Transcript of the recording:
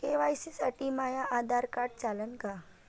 KYC साठी माह्य Aadhaar card चालन का?